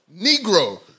Negro